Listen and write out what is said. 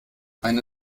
eine